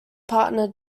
partner